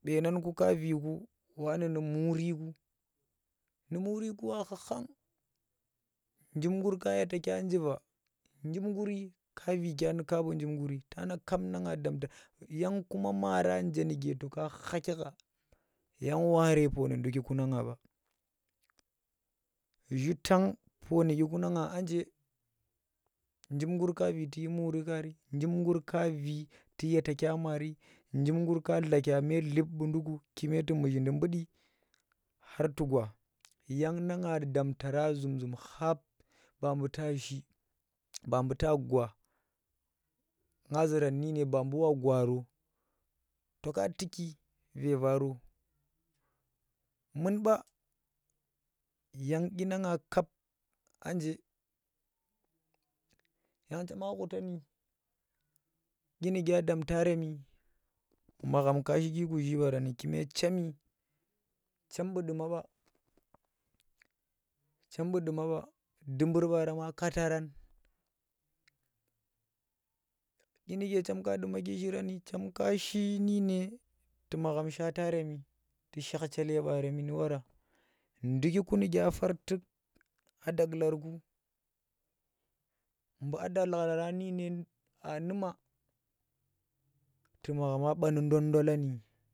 Buenang ku ka Vi ku du nu̱ muuri ku nu muuri ku wa kha khang njim gur ka yata njiva njim gur ka vi nu ka buu njiu gari tana nga kap dye damta yang kuma maara nje nuke to ka khagha yang ware ndukiku na ɓa shu tang pooni dyiku na ngga anje njim gur ka Vi tu shi muuri kaari njim gur ka vi tu nyeta maari njim gur ka lakya me dlip buu nduku kume ku muzhindi bundi khar tugwa, yang na nga damtara zum- zum khab ba buu tashi babuu ta gwa nga zuran nu dyine ba buv wa gwaro tuka tukki ve varo munba yang dyina kap anje yang chema khutani dyinuke a damtaremi magham kashiki kuzhi baarani ba buuke chemi chem buu duma ba dubur baarema kaata ran dyinuke chem ka dumaki shirani chem ka shi nudyine ku magham shaataremi ku shakh chele baarem nu wara ndukuki nuke afar tuk a dakhlarku mbuu a dakhlara nu dyjne a numa tu maghama ba nu dandolani.